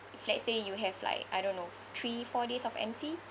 if let's say you have like I don't know three four days of M_C